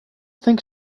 think